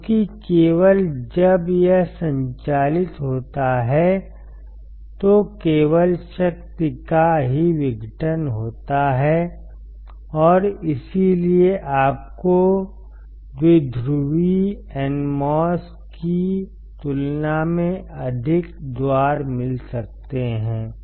क्योंकि केवल जब यह संचालित होता है तो केवल शक्ति का ही विघटन होता है और इसीलिए आपको द्विध्रुवी NMOS की तुलना में अधिक द्वार मिल सकते हैं